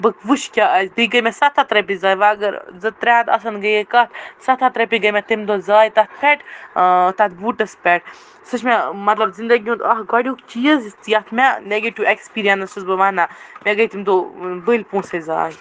بہٕ وٕچھ کیٛاہ آسہِ بیٚیہِ گٔے مےٚ ستھ ہتھ رۄپیہِ زایہِ وَ اگر زٕ ترٛےٚ ہتھ آسن گٔیے کتھ ستھ ہتھ رۄپیہِ گٔے مےٚ تَمہِ دۄہ زایہِ تتھ پٮ۪ٹھ تتھ بوٗٹس پٮ۪ٹھ سُہ چھِ مےٚ مطلب زندگی ہُنٛد اکھ گۄڈنیُک چیٖز یتھ مےٚ نگیٹوٗ اٮ۪کٕسپیٖرینٕس سس بہٕ وَنان مےٚ گٔے تَمہِ دۄہ بٔلۍ پۄنٛسَے زایہِ